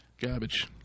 Garbage